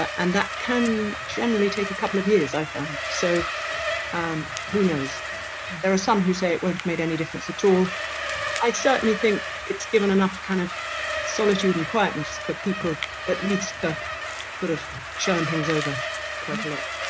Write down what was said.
and that can generally take a couple of years i find so and who knows there are some who say it won't have made any difference at all i certainly think it's given enough kind of solitude and quietness for people at least to sort of churn things over quite a lot.